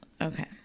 okay